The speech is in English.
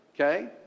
Okay